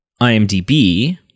IMDb